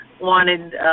wanted